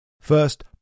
First